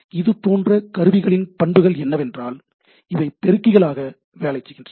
இது போன்ற கருவிகளின் பண்புகள் என்னவென்றால் இவை பெருக்கிகள் ஆக வேலை செய்கின்றன